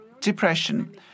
depression